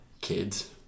kids